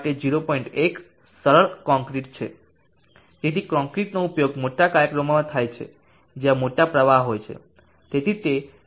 1 સરળ કોંક્રિટ છે તેથી કોંક્રિટનો ઉપયોગ મોટા કાર્યક્રમોમાં થાય છે જ્યાં મોટા પ્રવાહ હોય છે તેથી તે 0